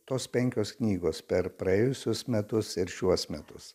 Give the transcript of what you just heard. tos penkios knygos per praėjusius metus ir šiuos metus